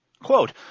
Quote